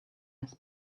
his